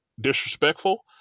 disrespectful